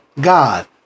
God